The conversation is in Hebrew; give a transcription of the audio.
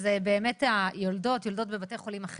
אז באמת היולדות בדרך כלל יולדות בבתי חולים